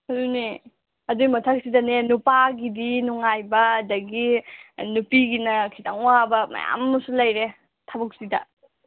ꯑꯗꯨꯅꯦ ꯑꯗꯨꯒꯤ ꯃꯊꯛꯁꯤꯗꯅꯦ ꯅꯨꯄꯥꯒꯤꯗꯤ ꯅꯨꯡꯉꯥꯏꯕ ꯑꯗꯒꯤ ꯅꯨꯄꯤꯒꯤꯅ ꯈꯤꯇꯪ ꯋꯥꯕ ꯃꯌꯥꯝ ꯑꯃꯁꯨ ꯂꯩꯔꯦ ꯊꯕꯛꯁꯤꯗ